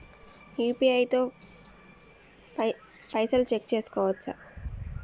UPI తో పైసల్ check చేసుకోవచ్చా?